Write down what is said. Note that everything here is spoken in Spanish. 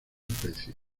especie